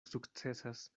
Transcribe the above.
sukcesas